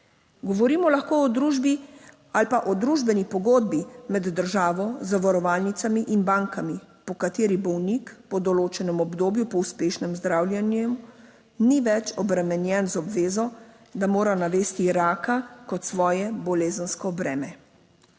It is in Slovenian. Govorimo lahko o družbi ali pa o družbeni pogodbi med državo, zavarovalnicami in bankami, po **81. TRAK (VI) 15.40** (Nadaljevanje) kateri bolnik po določenem obdobju po uspešnem zdravljenju ni več obremenjen z obvezo, da mora navesti raka kot svoje bolezensko breme.